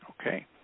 okay